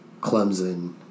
Clemson